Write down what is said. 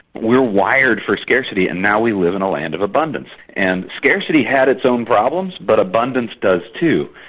we are wired for scarcity and now we live in a land of abundance, and scarcity had its own problems but abundance does too,